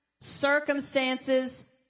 circumstances